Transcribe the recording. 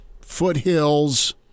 foothills